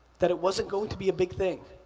that it wasn't going to be a big thing.